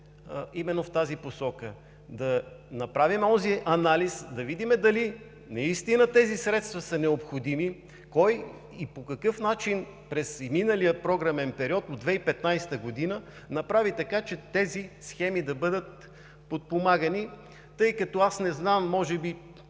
именно в тази посока: да направим онзи анализ, да видим дали наистина тези средства са необходими, кой и по какъв начин през миналия програмен период от 2015 г. направи така, че тези схеми да бъдат подпомагани? Тъй като аз не знам, може би